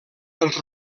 els